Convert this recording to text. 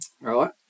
right